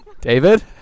David